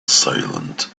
silent